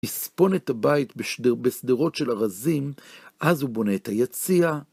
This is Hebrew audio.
הספון את הבית בסדרות של הרזים, אז הוא בונה את היציאה.